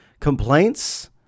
complaints